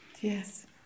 Yes